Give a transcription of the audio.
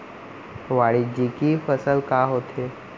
वाणिज्यिक फसल का होथे?